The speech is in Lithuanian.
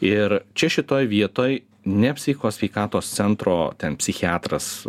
ir čia šitoj vietoj ne psichikos sveikatos centro ten psichiatras